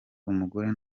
umugore